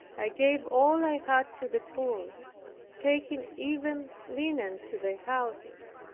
i gave all i had to the poor taking even linen to their houses.